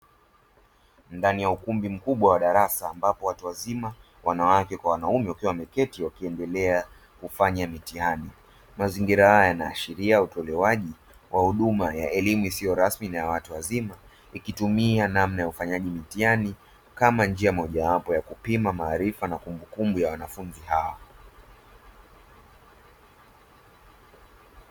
Ndani ya ukumbi mkubwa wa darasa ambapo watu wazima wanawake kwa wanaume wakiwa wameketi wakiendelea kufanya mitihani. Mazingira haya yanaashiria utolewaji wa huduma ya elimu isiyo rasmi na ya watu wazima ikitumia namna ya ufanyaji wa mitihani kama njia mojawapo ya kupima maarifa na kumbukumbu ya wanafunzi hawa.